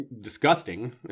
disgusting